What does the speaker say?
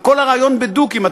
כל הרעיון בדוקים,